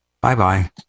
Bye-bye